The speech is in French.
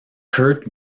kurt